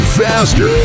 faster